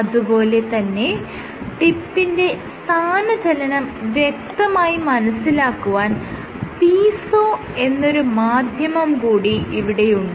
അതുപോലെ തന്നെ ടിപ്പിന്റെ സ്ഥാനചലനം വ്യക്തമായി മനസ്സിലാക്കുവാൻ പീസോ എന്നാണൊരു മാദ്ധ്യമം കൂടി ഇവിടെയുണ്ട്